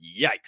Yikes